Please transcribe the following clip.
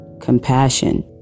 compassion